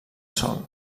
sol